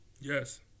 Yes